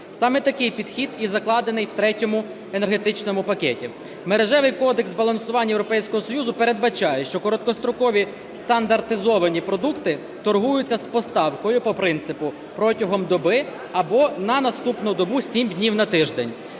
Саме такий підхід і закладений в Третьому енергетичному пакеті. Мережевий кодекс балансування Європейського Союзу передбачає, що короткострокові стандартизовані продукти торгуються з поставкою по принципу: протягом доби або на наступну добу 7 днів на тиждень.